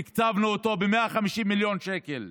תקצבנו אותו ב-150 מיליון שקל,